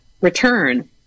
return